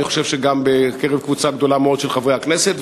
ואני חושב שגם בקרב קבוצה גדולה מאוד של חברי הכנסת,